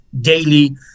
daily